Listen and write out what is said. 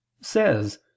says